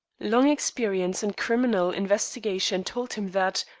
long experience in criminal investigation told him that,